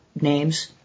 names